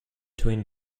twin